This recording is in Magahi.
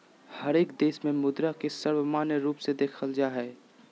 हरेक देश में मुद्रा के सर्वमान्य रूप से देखल जा हइ